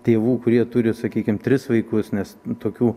tėvų kurie turi sakykim tris vaikus nes tokių